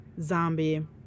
Zombie